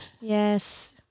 Yes